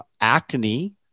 acne